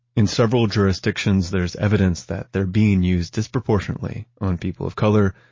in several jurisdictions there is evidence that they're being used disproportionately on people of color,